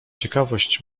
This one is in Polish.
ciekawość